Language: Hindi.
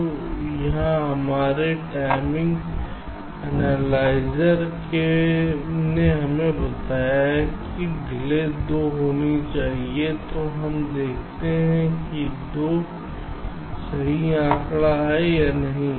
तो यहाँ हमारे टाइमिंग एनालाइज़र ने हमें बताया कि डिले 2 होनी चाहिए तो हम देखते हैं कि 2 सही आंकड़ा है या नहीं